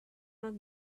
not